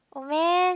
oh man